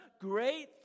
great